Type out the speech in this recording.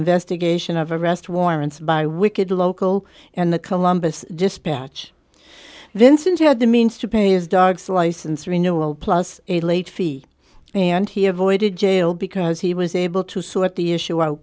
investigation of arrest warrants by wicked local and the columbus dispatch vincent had the means to pay these dogs license renewal plus a late fee and he avoided jail because he was able to sort the issue out